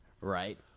right